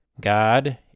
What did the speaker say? God